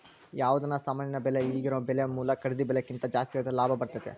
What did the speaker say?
ಯಾವುದನ ಸಾಮಾನಿನ ಬೆಲೆ ಈಗಿರೊ ಬೆಲೆ ಮೂಲ ಖರೀದಿ ಬೆಲೆಕಿಂತ ಜಾಸ್ತಿದ್ರೆ ಲಾಭ ಬರ್ತತತೆ